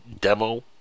demo